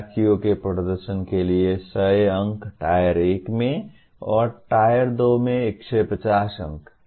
विद्यार्थियों के प्रदर्शन के लिए 100 अंक Tier 1 में और Tier 2 में 150 अंक